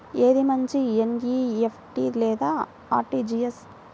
ఏది మంచి ఎన్.ఈ.ఎఫ్.టీ లేదా అర్.టీ.జీ.ఎస్?